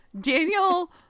Daniel